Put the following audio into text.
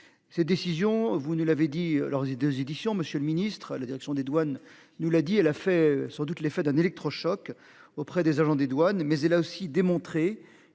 cette décisions vous nous l'avez dit lors des 2 éditions, Monsieur le Ministre, la Direction des douanes nous l'a dit et l'a fait sans doute l'effet d'un électrochoc auprès des agents des douanes, mais elle a aussi démontré